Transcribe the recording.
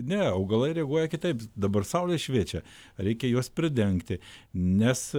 ne augalai reaguoja kitaip dabar saulė šviečia reikia juos pridengti nes